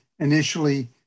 initially